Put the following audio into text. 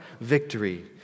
Victory